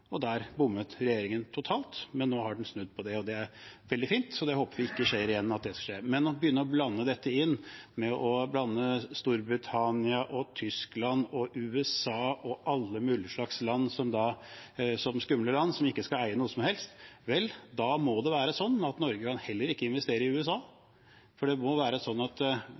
og der bommet regjeringen totalt. Nå har den snudd på det. Det er veldig fint, vi håper at det ikke skjer igjen. Men å begynne å blande dette inn med Storbritannia, Tyskland, USA og alle mulige slags land som skumle land, og som ikke skal eie noe som helst – vel, da må heller ikke Norge investere i USA. For det må være slik at